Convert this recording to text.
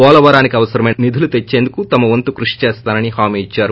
పోలవరానికి అవసరమైన నిధులు తెచ్చేందుకు తన వంతు కృషి చేస్తానని హామీ ఇద్చారు